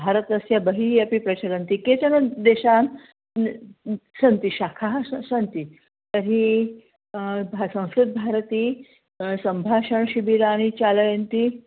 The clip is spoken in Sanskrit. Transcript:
भारतस्य बहिः अपि प्रचलन्ति केचन देशान् सन्ति शाखाः स सन्ति तर्हि भ संस्कृतभारती सम्भाषणशिबिराणि चालयन्ति